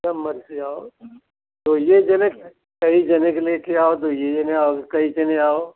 जब मर्जी आओ दोइये जने के कई जने के ले के आओ दोइये जने आओ कई जने आओ